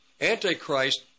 Antichrist